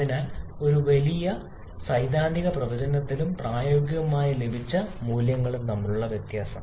അതിനാൽ ഒരു വലിയ ഉണ്ട് സൈദ്ധാന്തിക പ്രവചനത്തിലും പ്രായോഗികമായി ലഭിച്ച മൂല്യങ്ങളിലും വ്യത്യാസം